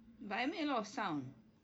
but I made a lot of sound